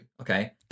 okay